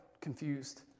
confused